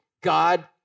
God